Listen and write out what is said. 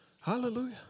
Hallelujah